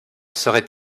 seraient